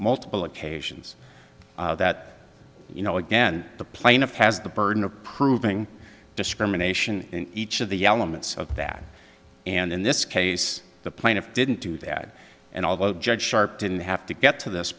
multiple occasions that you know again the plaintiff has the burden of proving discrimination in each of the elements of that and in this case the plaintiff didn't do that and although the judge sharp didn't have to get to this